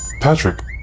Patrick